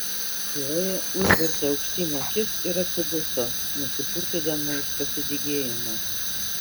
chlojė užvertė aukštyn akis ir atsiduso nusipurtydama iš pasidygėjimo